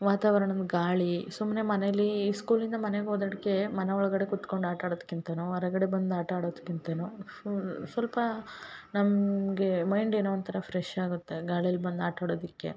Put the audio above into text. ವಾತಾವರಣನ ಗಾಳಿ ಸುಮ್ನೆ ಮನೇಲೀ ಸ್ಕೂಲಿಂದ ಮನೆಗೆ ಹೋದಡ್ಕೆ ಮನ ಒಳಗಡೆ ಕುತ್ಕೊಂಡು ಆಟ ಆಡದ್ಕಿಂತನೂ ಹೊರಗಡೆ ಬಂದು ಆಟ ಆಡೋದ್ಕಿಂತನು ಸ್ವಲ್ಪ ನಮಗೆ ಮೈಂಡ್ ಏನೋ ಒಂಥರ ಫ್ರೆಶ್ ಆಗುತ್ತೆ ಗಾಳಿಲಿ ಬಂದು ಆಟ ಆಡೊದಕ್ಕೆ